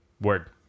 Word